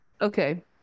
okay